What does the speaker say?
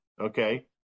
okay